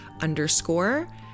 underscore